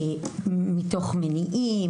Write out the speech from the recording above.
מתוך אי אילו מניעים,